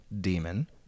demon